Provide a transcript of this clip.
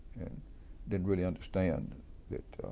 and didn't really understand that,